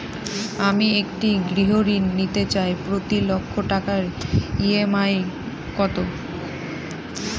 আমি একটি গৃহঋণ নিতে চাই প্রতি লক্ষ টাকার ই.এম.আই কত?